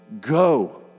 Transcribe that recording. go